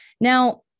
Now